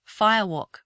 firewalk